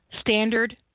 standard